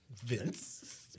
Vince